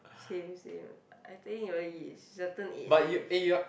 same same I think when you reach certain age then you'll